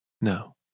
No